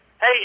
Hey